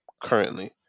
currently